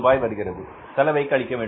இதிலிருந்து செலவை கழிக்கவேண்டும்